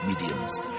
mediums